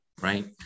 right